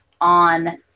on